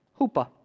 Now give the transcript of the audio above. Hoopa